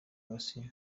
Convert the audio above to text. asiya